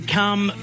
come